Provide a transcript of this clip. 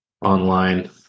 online